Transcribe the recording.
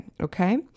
Okay